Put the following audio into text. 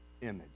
image